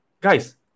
guys